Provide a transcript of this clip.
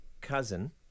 cousin